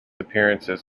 appearances